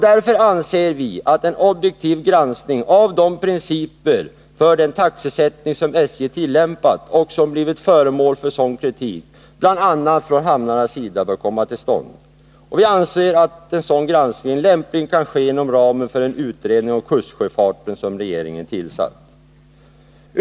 Därför anser vi att en objektiv granskning bör komma till stånd av de principer för taxesättningen som SJ tillämpat och som blivit föremål för kritik, bl.a. från hamnarnas sida. Vi anser att en sådan granskning lämpligen kan ske inom ramen för en utredning av kustsjöfarten som regeringen har tillsatt.